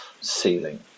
ceiling